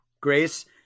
Grace